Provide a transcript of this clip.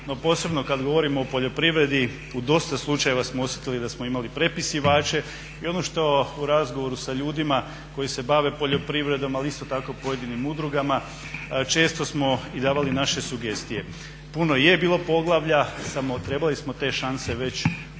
No, posebno kad govorimo o poljoprivredi u dosta slučajeva smo osjetili da smo imali prepisivače. I ono što u razgovoru sa ljudima koji se bave poljoprivredom, ali isto tako pojedinim udrugama često smo i davali naše sugestije. Puno je bilo poglavlja samo trebali smo te šanse već u tom